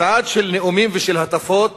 מצעד של נאומים ושל הטפות